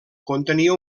contenia